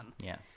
yes